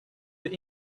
that